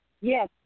Yes